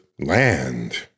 land